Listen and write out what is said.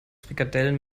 frikadellen